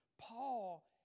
Paul